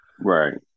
Right